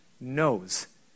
Knows